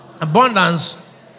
abundance